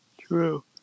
True